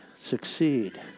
succeed